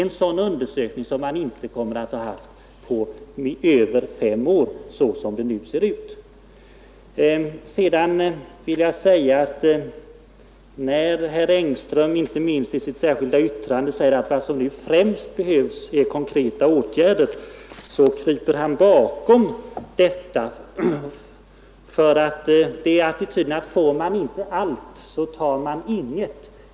En sådan undersökning kommer man i så fall inte att få gjord ens inom fem år — så som det ser ut nu. När herr Engström, inte minst i sitt särskilda yttrande, säger att vad som nu främst behövs är konkreta åtgärder så kryper han bakom attityden att får man inte allt så tar man inget.